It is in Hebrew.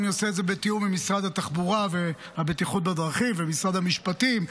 אני עושה את זה בתיאום עם משרד התחבורה והבטיחות בדרכים ומשרד המשפטים,